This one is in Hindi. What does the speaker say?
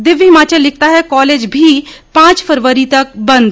दिव्य हिमाचल लिखता है कालेज भी पांच फरवरी तक बंद